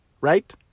right